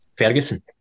Ferguson